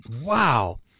Wow